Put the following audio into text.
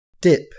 Dip